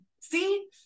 see